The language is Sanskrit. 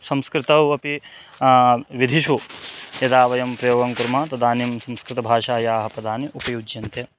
संस्कृतौ अपि विधिषु यदा वयं प्रयोगं कुर्मः तदानीं संस्कृतभाषायाः पदानि उपयुज्यन्ते